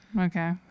Okay